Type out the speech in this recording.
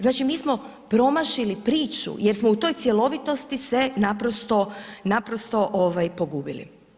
Znači mi smo promašili priču jer smo u toj cjelovitosti se naprosto pogubili.